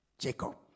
Jacob